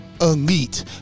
Elite